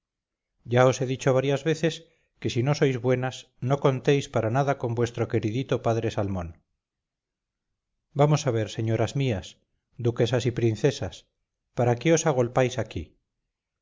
ya os he dicho varias veces que si no sois buenas no contéis para nada con vuestro queridito padre salmón vamos a ver señoras mías duquesas y princesas para qué os agolpáis aquí